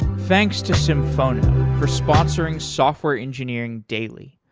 thanks to symphono for sponsoring software engineering daily.